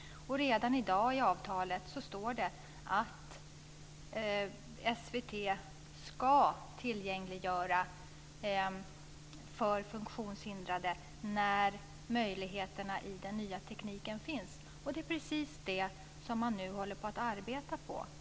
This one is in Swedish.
Redan i dag står det i avtalet att SVT ska tillgängliggöra för funktionshindrade när möjligheterna i den nya tekniken finns, och det är precis det som man nu håller på att arbeta för.